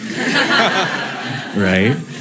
right